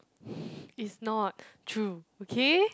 it's not true okay